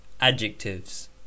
Adjectives